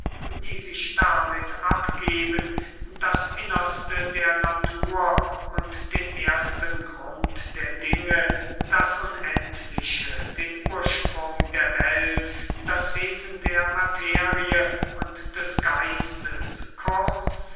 die sich damit abgeben das innerste der natur und den ersten grund der dinge das unendliche den ursprung der welt das wesen der materie und des geistes